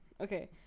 okay